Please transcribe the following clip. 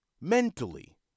mentally